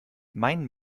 mein